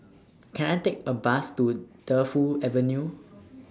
Can I Take A Bus to Defu Avenue